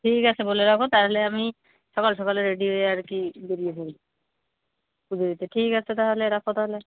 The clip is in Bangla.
ঠিক আছে বলে রাখো তাহলে আমি সকাল সকালে রেডি হয়ে আর কি বেরিয়ে পড়বো পুজো দিতে ঠিক আছে তাহলে রাখো তাহলে